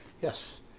Yes